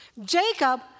Jacob